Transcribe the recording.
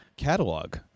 catalog